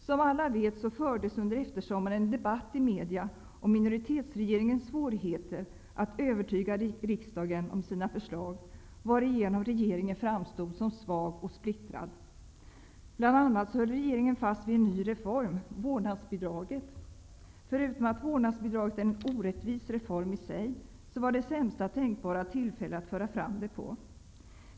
Som alla vet fördes det under eftersommaren en debatt i media om minoritetsregeringens svårigheter att övertyga riksdagen om sina förslag, varigenom regeringen framstod som svag och splittrad. Regeringen höll bl.a. fast vid en ny reform, vårdnadsbidraget. Förutom att vårdnadsbidraget är en orättvis reform i sig, var det sämsta tänkbara tillfälle att föra fram den på.